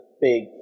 big